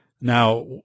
Now